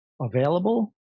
available